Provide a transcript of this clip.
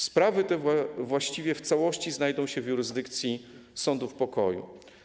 Sprawy te właściwie w całości znajdą się w jurysdykcji sądów pokoju.